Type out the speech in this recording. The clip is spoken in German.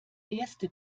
erste